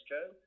Joe